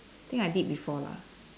think I did before lah